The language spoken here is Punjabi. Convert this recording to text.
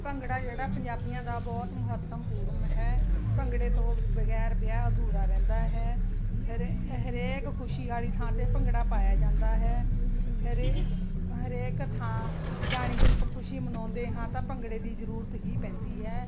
ਭੰਗੜਾ ਜਿਹੜਾ ਪੰਜਾਬੀਆਂ ਦਾ ਬਹੁਤ ਮਹੱਤਵਪੂਰਨ ਹੈ ਭੰਗੜੇ ਤੋਂ ਬਗੈਰ ਵਿਆਹ ਅਧੂਰਾ ਰਹਿੰਦਾ ਹੈ ਹਰੇ ਹਰੇਕ ਖੁਸ਼ੀ ਵਾਲੀ ਥਾਂ 'ਤੇ ਭੰਗੜਾ ਪਾਇਆ ਜਾਂਦਾ ਹੈ ਹਰੇ ਹਰੇਕ ਥਾਂ ਯਾਨੀ ਜਦ ਆਪਾਂ ਖੁਸ਼ੀ ਮਨਾਉਂਦੇ ਹਾਂ ਤਾਂ ਭੰਗੜੇ ਦੀ ਜ਼ਰੂਰਤ ਹੀ ਪੈਂਦੀ ਹੈ